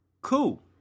cool